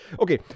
Okay